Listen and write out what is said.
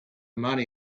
money